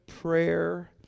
prayer